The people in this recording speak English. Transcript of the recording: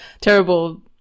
terrible